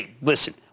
Listen